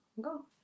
Go